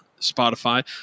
Spotify